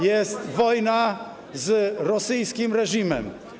Jest wojna z rosyjskim reżimem.